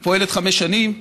היא פועלת חמש שנים.